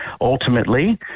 Ultimately